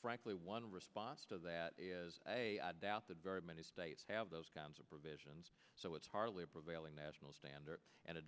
frankly one response to that is i doubt that very many states have those kinds of provisions so it's hardly a prevailing national standard and it